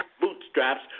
bootstraps